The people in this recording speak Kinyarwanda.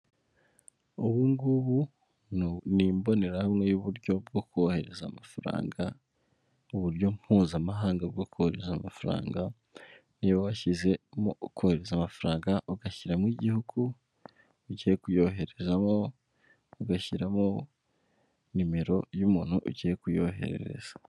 Ubu ngubu ni imbonerahamwe y'uburyo bwo kohereza amafaranga uburyo mpuzamahanga bwo kohereza amafaranga niyo washyizemo ukohereza amafaranga ugashyiramo igihugu ugiye kuyoherezamo, ugashyiramo nimero y'umuntu ugiye kuyoherereza.